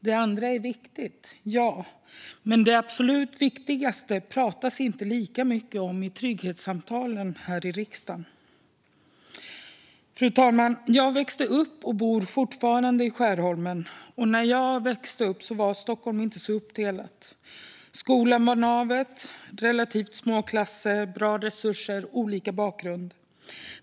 Det andra är viktigt, ja, men det absolut viktigaste pratas det inte lika mycket om i trygghetssamtalen här i riksdagen. Fru talman! Jag växte upp och bor fortfarande i Skärholmen. När jag växte upp var Stockholm inte så uppdelat. Skolan var navet med relativt små klasser, bra med resurser och elever med olika bakgrund.